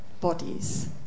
bodies